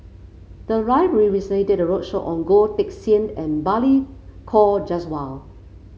the library recently did a roadshow on Goh Teck Sian and Balli Kaur Jaswal